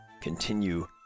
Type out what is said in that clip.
continue